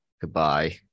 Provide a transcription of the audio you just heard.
Goodbye